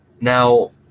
Now